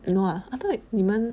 no lah I thought you 你们